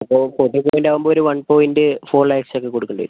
ഇപ്പോൾ forty point ആകുമ്പോൾ ഒരു വൺ പോയിൻറ്റ് ഫോർ ലാക്സ് ഒക്കെ കൊടുക്കേണ്ടി വരും